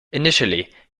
initially